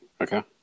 Okay